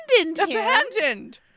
Abandoned